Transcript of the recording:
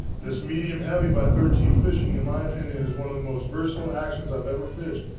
this medium heavy by thirteen fishing in my opinion, is one of the most versatile actions i have ever fished.